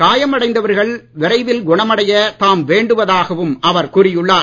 காயம் அடைந்தவர்கள் விரைவில் குணமடைய தாம் வேண்டுவதாகவும் அவர் கூறி உள்ளார்